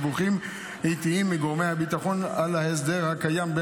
דיווחים עיתיים מגורמי הביטחון על ההסדר הקיים.